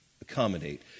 accommodate